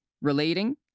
relating